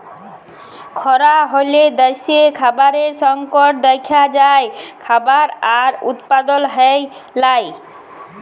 খরা হ্যলে দ্যাশে খাবারের সংকট দ্যাখা যায়, খাবার আর উৎপাদল হ্যয় লায়